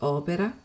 opera